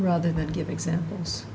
rather than give examples